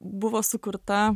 buvo sukurta